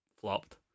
flopped